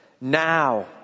Now